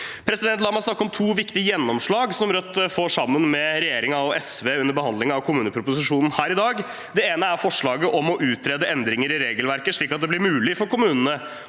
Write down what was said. landet. La meg snakke om to viktige gjennomslag som Rødt får sammen med regjeringen og SV under behandlingen av kommuneproposisjonen her i dag. Det ene er forslaget om å utrede endringer i regelverket slik at det blir mulig for kommunene